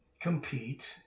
compete